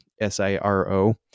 S-I-R-O